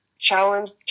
Challenge